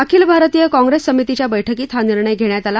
अखिल भारतीय काँप्रेस समितीच्या बैठकीत हा निर्णय घेण्यात आला